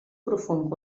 profund